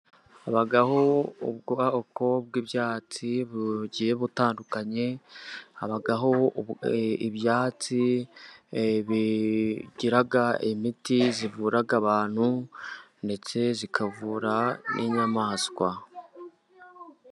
Hababo ubwoko bw'ibyatsi bugiye butandukanye, hababo ibyatsi bigira imiti ivura abantu, ndetse ikavura n'inyamaswa.